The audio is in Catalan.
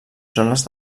zones